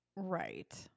Right